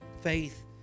Faith